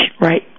Right